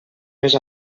més